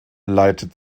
leitet